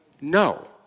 No